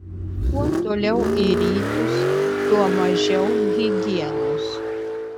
kuo toliau į rytus tuo mažiau higienos